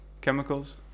chemicals